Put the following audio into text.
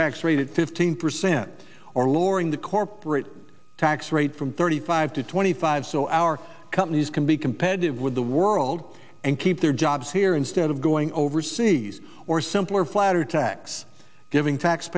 tax rate at fifteen percent or lowering the corporate tax rate from thirty five to twenty five so our companies can be competitive with the world and keep their jobs here instead of going overseas or simpler flatter tax giving tax